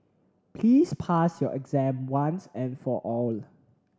please pass your exam once and for all